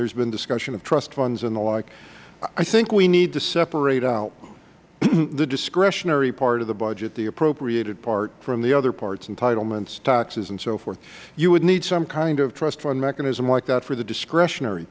have been discussions of trust funds and the like i think we need to separate out the discretionary part of the budget the appropriated part from the other parts entitlements taxes and so forth you would need some kind of trust fund mechanism like that for the discretionary